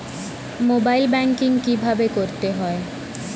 Mobile banking কীভাবে করতে হয়?